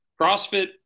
CrossFit